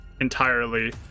entirely